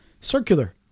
circular